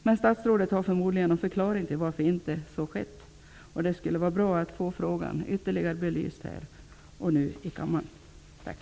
Men statsrådet har förmodligen någon förklaring till varför inte så skett. Det skulle vara bra att få frågan ytterligare belyst här och nu i kammaren.